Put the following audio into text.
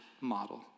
model